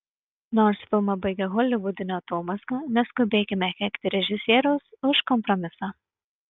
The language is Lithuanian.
nors filmą baigia holivudinė atomazga neskubėkime keikti režisieriaus už kompromisą